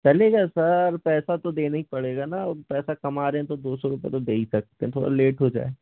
चलेगा सर पैसा तो देना ही पड़ेगा ना वो पैसा कमा रहे हैं तो दो सौ रुपए तो दे ही सकते है थोड़ा लेट हो जाए